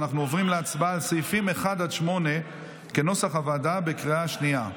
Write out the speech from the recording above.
אנחנו עוברים להצבעה על סעיפים 1 8 כנוסח הוועדה בקריאה שנייה.